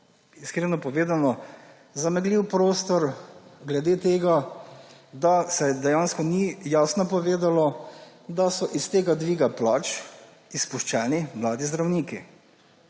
iskreno povedano, zameglil prostor glede tega, da se ni jasno povedalo, da so iz tega dviga plač izpuščeni mladi zdravniki,